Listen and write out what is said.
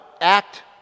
Act